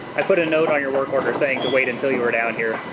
i put a note on your work order saying to wait until you were down here.